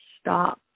stop